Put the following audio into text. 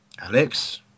Alex